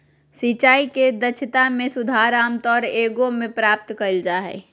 सिंचाई के दक्षता में सुधार आमतौर एगो में प्राप्त कइल जा हइ